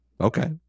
Okay